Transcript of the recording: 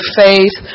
faith